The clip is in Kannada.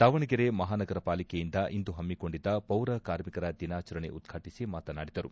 ದಾವಣಗೆರೆ ಮಹಾನಗರ ಪಾಲಿಕೆಯಿಂದ ಇಂದು ಪಮ್ಮಿಕೊಂಡಿದ್ದ ಪೌರ ಕಾರ್ಮಿಕರ ದಿನಾಚರಣೆ ಉದ್ಘಾಟಿಸಿ ಮಾತನಾಡಿದರು